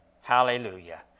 Hallelujah